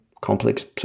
complex